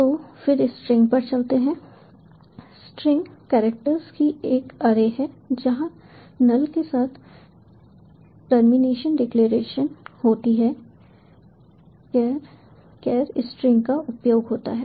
तो फिर स्ट्रिंग पर चलते हैं स्ट्रिंग कैरेक्टर्स की एक अरे है जहां नल के साथ टर्मिनेशन डिक्लेरेशन होती है कैर कैर स्ट्रिंग का उपयोग होता है